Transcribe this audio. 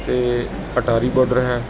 ਅਤੇ ਅਟਾਰੀ ਬਾਰਡਰ ਹੈ